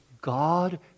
God